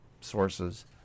sources